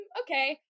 okay